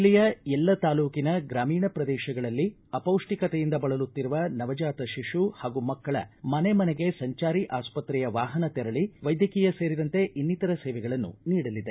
ಜಿಲ್ಲೆಯ ಎಲ್ಲ ತಾಲೂಕಿನ ಗ್ರಾಮೀಣ ಪ್ರದೇಶಗಳಲ್ಲಿ ಅಪೌಷ್ಟಿಕತೆಯಿಂದ ಬಳಲುತ್ತಿರುವ ನವಜಾತ ಶಿಶು ಹಾಗೂ ಮಕ್ಕಳ ಮನೆ ಮನೆಗೆ ಸಂಚಾರಿ ಆಸ್ವತ್ರೆಯ ವಾಹನ ತೆರಳಿ ವೈದ್ಯಕೀಯ ಸೇರಿದಂತೆ ಇನ್ನಿತರ ಸೇವೆಗಳನ್ನು ನೀಡಲಿದೆ